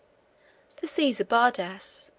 the caesar bardas,